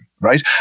right